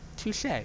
Touche